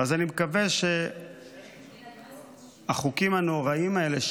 אז אני מקווה שהחוקים הנוראיים האלה,